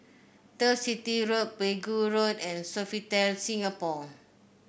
Turf City Road Pegu Road and Sofitel Singapore